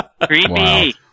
Creepy